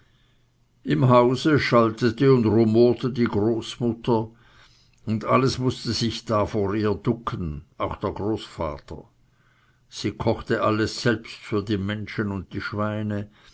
im hause schaltete und rumorte die großmutter und alles mußte sich da vor ihr ducken auch der großvater sie kochte alles selbst für die menschen und die schweine